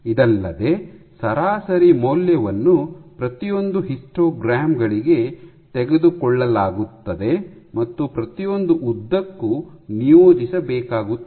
ಇದಲ್ಲದೆ ಸರಾಸರಿ ಮೌಲ್ಯವನ್ನು ಪ್ರತಿಯೊಂದು ಹಿಸ್ಟೋಗ್ರಾಮ್ ಗಳಿಗೆ ತೆಗೆದುಕೊಳ್ಳಲಾಗುತ್ತದೆ ಮತ್ತು ಪ್ರತಿಯೊಂದು ಉದ್ದಕ್ಕೂ ನಿಯೋಜಿಸಬೇಕಾಗುತ್ತದೆ